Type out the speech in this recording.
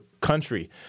country